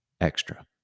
extra